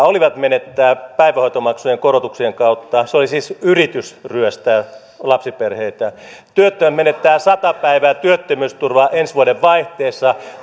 olivat menettää päivähoitomaksujen korotuksien kautta se oli siis yritys ryöstää lapsiperheiltä ja kun työttömät menettävät sata päivää työttömyysturvaa ensi vuodenvaihteessa